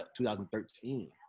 2013